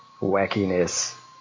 wackiness